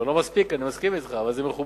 אני מסכים אתך שזה לא מספיק, אבל זה מכובד.